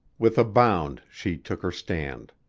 with a bound she took her stand.